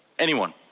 anyone.